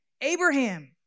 Abraham